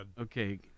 Okay